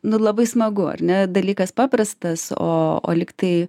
nu labai smagu ar ne dalykas paprastas o o lyg tai